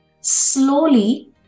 slowly